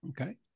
Okay